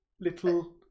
Little